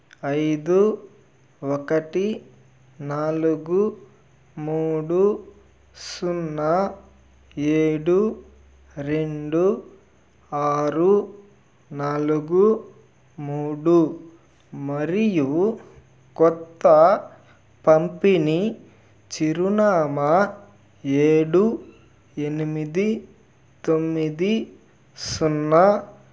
ఐదు ఒకటి నాలుగు మూడు సున్నా ఏడు రెండు ఆరు నాలుగు మూడు మరియు కొత్త పంపిణీ చిరునామా ఏడు ఎనిమిది తొమ్మిది సున్నా